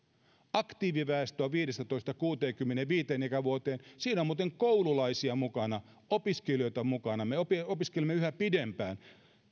aktiiviväestö on viidestätoista kuuteenkymmeneenviiteen ikävuoteen ja siinä on muuten koululaisia mukana opiskelijoita mukana mehän opiskelemme yhä pidempään